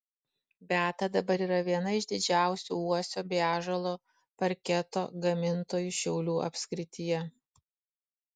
beata dabar yra viena iš didžiausių uosio bei ąžuolo parketo gamintojų šiaulių apskrityje